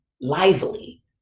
Lively